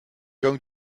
going